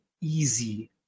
easy